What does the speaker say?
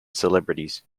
celebrities